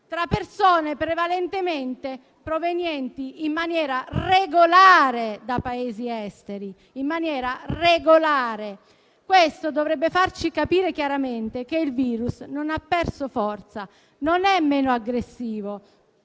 tra persone prevalentemente provenienti in maniera regolare da Paesi esteri. Questo dovrebbe farci capire chiaramente che il virus non ha perso forza, non è meno aggressivo.